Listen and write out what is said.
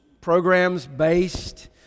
programs-based